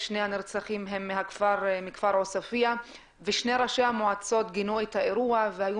שני הנרצחים הם מכפר עוספייה ושני ראשי המועצות גינו את האירוע והיו